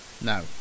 No